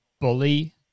bully